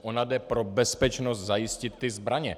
Ona jde pro bezpečnost zajistit ty zbraně.